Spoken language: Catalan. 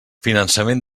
finançament